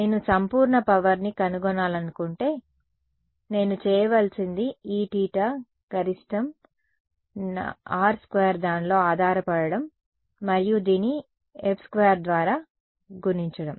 నేను సంపూర్ణ శక్తిని కనుగొనాలనుకుంటే నేను చేయవలసింది Eθ గరిష్టం నా r2 దానిలో ఆధారపడటం మరియు దీని |F|2 ద్వారా గుణించడం